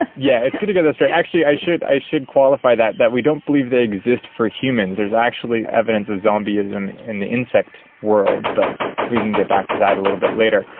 ah yeah it's good to get that straight. actually i should i should qualify that, that we don't believe they exist for humans, there's actually evidence of zombieism in the insect world, but we can get back to that a little bit later.